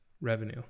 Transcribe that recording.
revenue